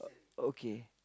okay